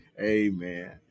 Amen